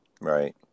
Right